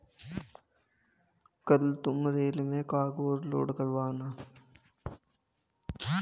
कल तुम रेल में कार्गो लोड करवा आना